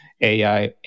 AI